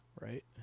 right